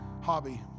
hobby